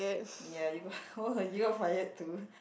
ya you got oh you got fired too